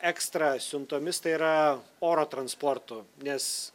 ekstra siuntomis tai yra oro transportu nes